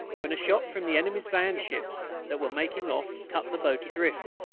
when a shot from the enemy's van ships that were making off cut the boat adrift.